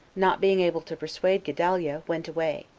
not being able to persuade gedaliah, went away.